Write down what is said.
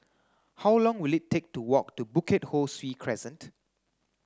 how long will it take to walk to Bukit Ho Swee Crescent